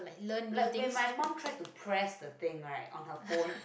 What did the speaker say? like when my mum try to press the things right on her phone